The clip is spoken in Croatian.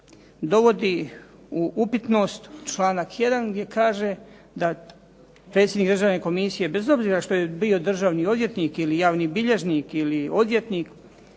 dovodi u upitnost članak 1. gdje kaže da predsjednik državne komisije bez obzira što je bio državni odvjetnik ili javni bilježnik ili odvjetnik